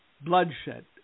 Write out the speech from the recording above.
bloodshed